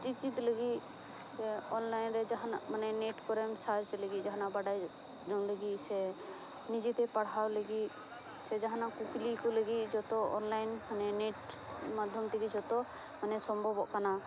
ᱪᱮᱪᱮᱫ ᱞᱟᱹᱜᱤᱫ ᱥᱮ ᱚᱱᱞᱟᱭᱤᱱ ᱨᱮ ᱡᱟᱦᱟᱸᱱᱟᱜ ᱢᱟᱱᱮ ᱱᱮᱴ ᱠᱚᱨᱮᱢ ᱥᱟᱨᱪ ᱞᱟᱹᱜᱤᱫ ᱡᱟᱦᱟᱸᱱᱟᱜ ᱵᱟᱰᱟᱭ ᱡᱚᱝ ᱞᱟᱹᱜᱤᱫ ᱥᱮ ᱱᱤᱡᱮ ᱛᱮ ᱯᱟᱲᱦᱟᱣ ᱞᱟᱹᱜᱤᱫ ᱥᱮ ᱡᱟᱦᱟᱸᱱᱟᱜ ᱠᱩᱠᱞᱤ ᱠᱚ ᱞᱟᱹᱜᱤᱫ ᱡᱚᱛᱚ ᱚᱱᱞᱟᱭᱤᱱ ᱦᱟᱱᱮ ᱱᱮᱴ ᱢᱟᱫᱽᱫᱷᱚᱢ ᱛᱮᱜᱮ ᱡᱚᱛᱚ ᱢᱟᱱᱮ ᱥᱚᱢᱵᱷᱚᱜ ᱠᱟᱱᱟ